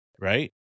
right